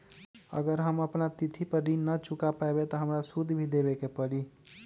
अगर हम अपना तिथि पर ऋण न चुका पायेबे त हमरा सूद भी देबे के परि?